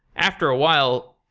after a while,